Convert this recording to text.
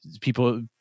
people